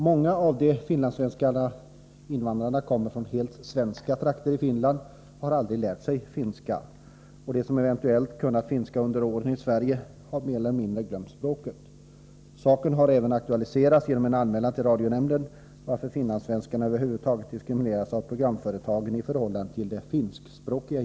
Många av de finlandssvenska invandrarna kommer från helt svenska trakter i Finland och har aldrig lärt sig finska. Och de som eventuellt kunnat finska har under åren i Sverige mer eller mindre glömt språket. Saken har även aktualiserats genom en anmälan till Radionämnden. Man ställde frågan varför finlandssvenskarna över huvud taget diskrimineras av programföretagen i förhållande till de finskspråkiga.